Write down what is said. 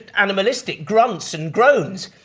animalistic grunts and groans,